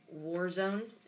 Warzone